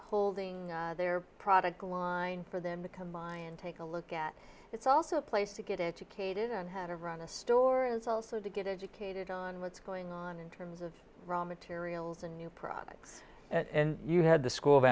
holding their product line for them to come by and take a look at it's also a place to get educated on how to run a store also to get educated on what's going on in terms of raw materials and new products and you had the school of